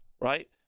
right